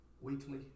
weekly